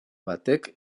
batek